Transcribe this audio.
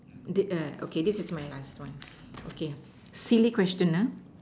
the err okay this is my last one okay silly question nah